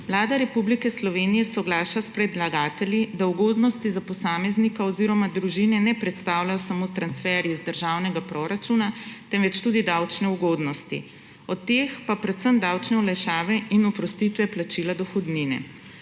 Vlada Republike Slovenije soglaša s predlagatelji, da ugodnosti za posameznika oziroma družine ne predstavljajo samo transferji iz državnega proračuna, temveč tudi davčne ugodnosti, od teh pa predvsem davčne olajšave in oprostitve plačila dohodnine.